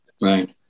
Right